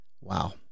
Wow